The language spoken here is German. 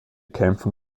kämpfen